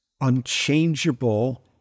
unchangeable